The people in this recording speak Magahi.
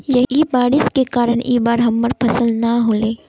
यही बारिश के कारण इ बार हमर फसल नय होले?